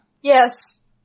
Yes